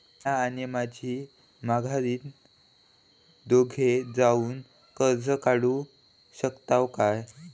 म्या आणि माझी माघारीन दोघे जावून कर्ज काढू शकताव काय?